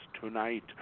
tonight